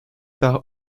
par